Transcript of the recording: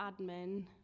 admin